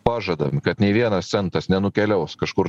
pažadam kad nei vienas centas nenukeliaus kažkur